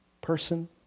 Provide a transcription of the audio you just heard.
person